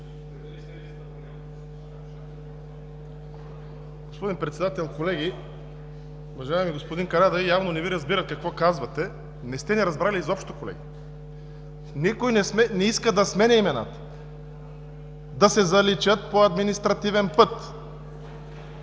Господин Председател, колеги! Уважаеми господин Карадайъ, явно не Ви разбират какво казвате. Не сте ни разбрали изобщо, колеги. Никой не иска да сменя имената. Да се заличат по административен път!